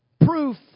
proof